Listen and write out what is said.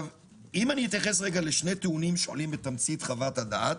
אם אתייחס לשני טיעונים שעולים בתמצית חוות הדעת,